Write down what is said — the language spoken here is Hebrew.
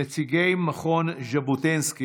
נציגי מכון ז'בוטינסקי,